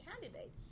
candidate